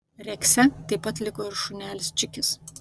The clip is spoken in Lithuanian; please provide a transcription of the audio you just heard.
rekse taip pat liko ir šunelis čikis